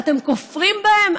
אתם כופרים בהם?